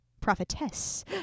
prophetess